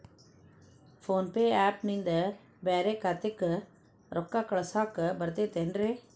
Phone pay app ನಿಂದ ಬ್ಯಾರೆ ಖಾತೆಕ್ ರೊಕ್ಕಾ ಕಳಸಾಕ್ ಬರತೈತೇನ್ರೇ?